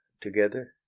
together